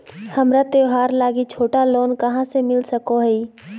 हमरा त्योहार लागि छोटा लोन कहाँ से मिल सको हइ?